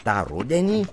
tą rudenį